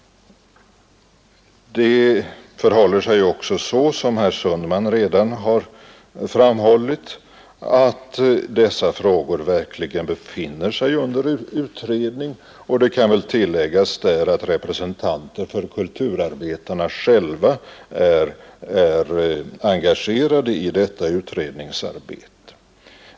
Det förhåller sig också så, som herr Sundman redan har framhållit, att dessa frågor verkligen befinner sig under utredning. Det kan tilläggas att representanter för kulturarbetarna själva är engagerade i detta utredningsarbete.